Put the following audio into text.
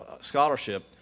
scholarship